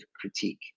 critique